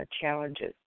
challenges